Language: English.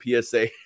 PSA